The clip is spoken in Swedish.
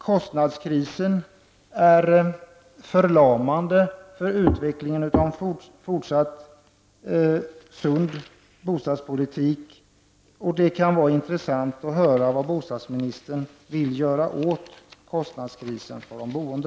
Kostnadskrisen är förlamande för utvecklingen av en fortsatt sund bostadspolitik. Det kunde vara intressant att få höra vad bostadsministern vill göra åt kostnadskrisen för de boende.